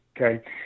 okay